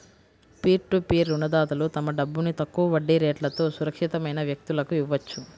peer to peer రుణదాతలు తమ డబ్బును తక్కువ వడ్డీ రేట్లతో సురక్షితమైన వ్యక్తులకు ఇవ్వొచ్చు